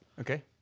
okay